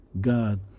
God